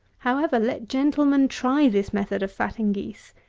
however, let gentlemen try this method of fatting geese.